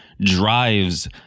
drives